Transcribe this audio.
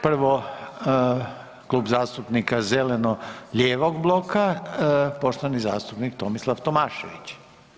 Prvo Klub zastupnika Zeleno lijevog bloka, poštovani zastupnik Tomislav Tomašević.